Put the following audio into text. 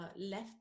Left